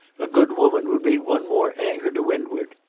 a good woman would be one more anchor to windward.